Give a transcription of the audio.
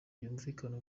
byumvikana